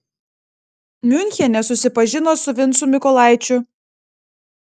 miunchene susipažino su vincu mykolaičiu